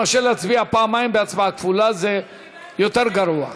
להצביע פעמיים, בהצבעה כפולה, זה יותר גרוע.